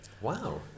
Wow